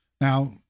Now